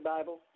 Bible